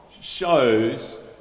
shows